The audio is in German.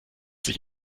sich